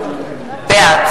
בעד